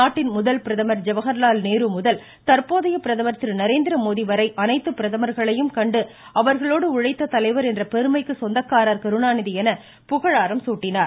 நாட்டின் முதல் பிரதமர் ஜவஹர்லால் நேரு முதல் தற்போதைய பிரதமர் திரு நரேந்திரமோடி வரை அனைத்து பிரதமர்களையும் கண்டு அவர்களோடு உழைத்த தலைவர் என்ற பெருமைக்கு சொந்தக்காரர் கருணாநிதி என்று புகழாரம் சூட்டினார்